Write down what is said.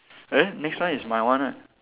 eh next one is my one right